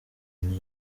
nti